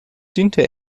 diente